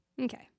okay